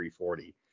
340